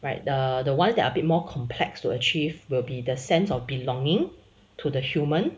right the ones that are a bit more complex to achieve will be the sense of belonging to the human